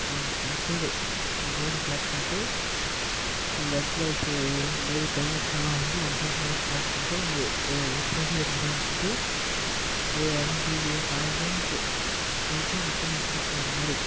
ஒரு one side road block பண்ணிட்டு அந்த இடத்துல இது மாதிரி பர்மிஷன் எல்லாம் வாங்கி ஒன் சைட் ரோடு பிளாக் பண்ணிட்டு ஒரு சைடே ரெண்டையும் விட்டுட்டு ஒரு அஞ்சு நாலு கிலோ மீட்ரு போய்ட்டு ரிட்டர்னு திருப்பி வர மாதிரி